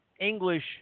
English